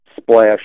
splash